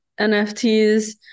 NFTs